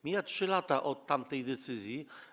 Mijają 3 lata od tamtej decyzji.